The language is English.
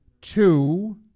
two